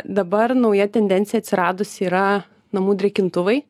dabar nauja tendencija atsiradusi yra namų drėkintuvai